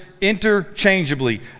interchangeably